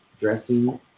dressing